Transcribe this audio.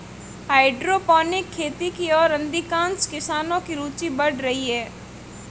hydroponic खेती की ओर अधिकांश किसानों की रूचि बढ़ रही है